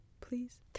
Please